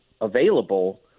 available